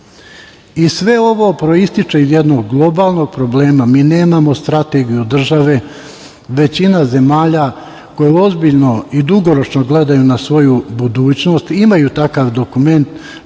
ovo proističe iz jednog globalnog problema, mi nemamo strategiju države, većina zemalja koje ozbiljno i dugoročno gledaju na svoju budućnost imaju takav dokument,